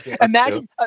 Imagine